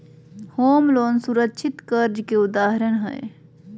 home loan सुरक्षित कर्ज के उदाहरण हय